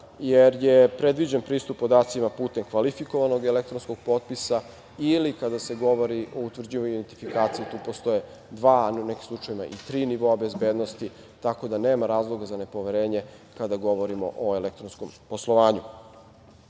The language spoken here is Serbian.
jer je predviđen pristup podacima putem kvalifikovanog elektronskog potpisa ili kada se govori i utvrđuje identifikacija. Postoje dva, a u nekim slučajevima i tri nivoa bezbednosti. Tako da nema razloga za nepoverenje kada govorimo o elektronskom poslovanju. Takođe,